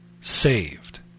saved